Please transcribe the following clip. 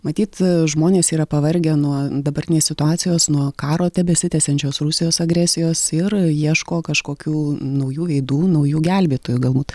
matyt žmonės yra pavargę nuo dabartinės situacijos nuo karo tebesitęsiančios rusijos agresijos ir ieško kažkokių naujų veidų naujų gelbėtojų galbūt